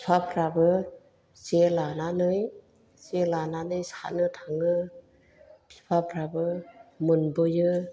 बिफाफ्राबो जे लानानै जे लानानै साथनो थाङो बिफाफ्राबो मोनबोयो